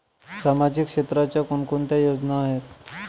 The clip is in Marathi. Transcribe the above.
सामाजिक क्षेत्राच्या कोणकोणत्या योजना आहेत?